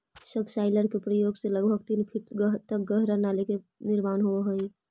subsoiler के प्रयोग से लगभग तीन फीट तक गहरा नाली के निर्माण होवऽ हई